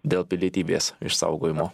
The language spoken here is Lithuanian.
dėl pilietybės išsaugojimo